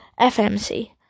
FMC